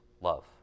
love